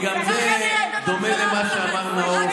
אומנם אתה יושב בכיסא של אלעזר שטרן,